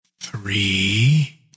three